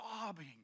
sobbing